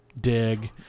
Dig